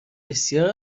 بسیار